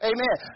Amen